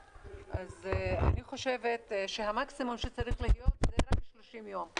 אני חושבת שהמקסימום שצריך להיות זה רק 30 יום,